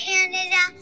Canada